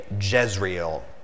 Jezreel